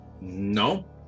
No